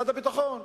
משרד הביטחון.